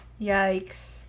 Yikes